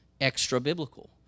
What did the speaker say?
extra-biblical